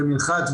ומנחת,